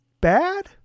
bad